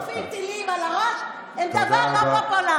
ילדים קטנים שחוטפים טילים על הראש הם דבר לא פופולרי.